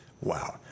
Wow